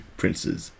princes